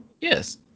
Yes